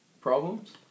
problems